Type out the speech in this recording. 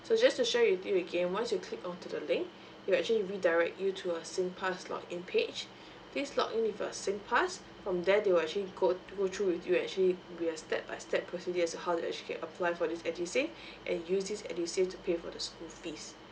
so just to share with you again once you click onto the link it'll actually redirect you to a singpass log in page please log in with a singpass from there they will actually go to go through with you actually via step by step procedures as to how to actually apply for this edusave and use this edusave to pay for the school fees